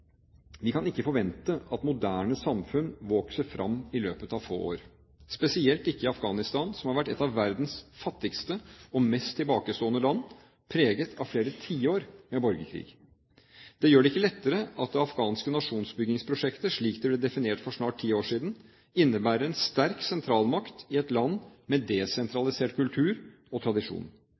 Vi kan ikke forvente at moderne samfunn vokser fram i løpet av få år, spesielt ikke i Afghanistan, som har vært et av verdens fattigste og mest tilbakestående land, preget av flere tiår med borgerkrig. Det gjør det ikke lettere at det afghanske nasjonsbyggingsprosjektet, slik det ble definert for snart ti år siden, innebærer en sterk sentralmakt i et land med desentralisert kultur og tradisjon.